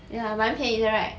ya 蛮便宜的 right